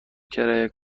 کرایه